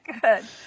good